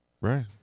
Right